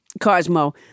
Cosmo